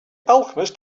alchemist